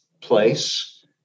place